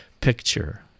picture